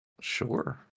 Sure